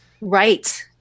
Right